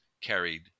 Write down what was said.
carried